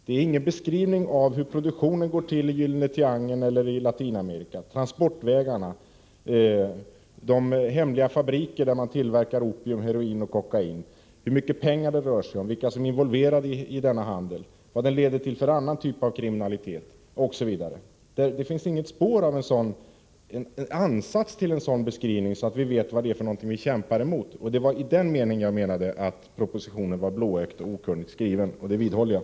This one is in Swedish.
Det finns inte någon beskrivning av hur produktionen går till i Gyllene Triangeln eller i Latinamerika, inte heller av transportvägarna och de hemliga fabrikerna, där man tillverkar opium, heroin och kokain. Det står ingenting om hur mycket pengar det rör sig om, vilka som är involverade i denna handel, vad den leder till för annan typ av kriminalitet, osv. Det finns ingen ansats till en sådan beskrivning, så att vi vet vad det är för någonting vi kämpar mot. Det var i den meningen jag ansåg att propositionen var blåögt och okunnigt skriven, och det vidhåller jag.